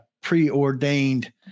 preordained